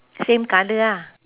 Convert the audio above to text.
same colour ah